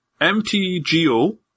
MTGO